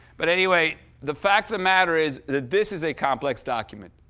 but anyway, the fact of the matter is that this is a complex document.